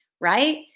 right